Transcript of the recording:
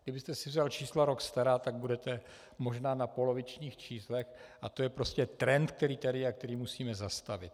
Kdybyste si vzal čísla rok stará, tak budete možná na polovičních číslech a to je prostě trend, který tady je a který musíme zastavit.